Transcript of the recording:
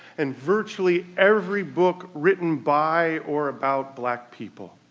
and virtually every book written by or about black people.